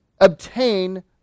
obtain